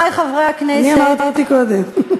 אני אמרתי קודם.